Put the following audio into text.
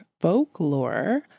folklore